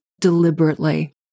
deliberately